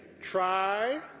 Try